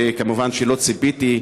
וכמובן שלא ציפיתי,